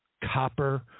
copper